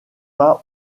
pas